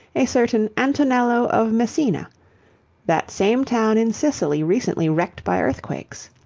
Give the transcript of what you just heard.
a certain antonello of messina that same town in sicily recently wrecked by earthquakes.